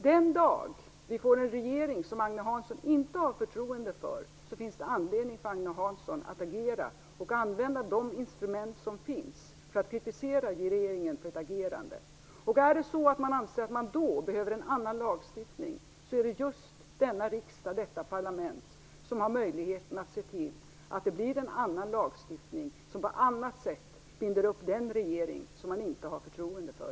Den dag vi får en regering som Agne Hansson inte har förtroende för har Agne Hansson anledning att agera, med användande av de instrument som finns för att kritisera regeringens åtgöranden. Anser man att det då behövs en annan lagstiftning, är det just detta parlament, riksdagen, som har möjlighet att se till att det blir en lagstiftning som binder upp den regering som man inte har förtroende för.